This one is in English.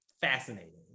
Fascinating